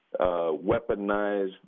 weaponized